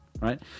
right